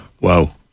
Wow